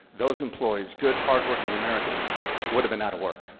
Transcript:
those employees good, hardworking americans would have been out of work.